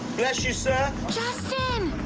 bless you, sir. justin.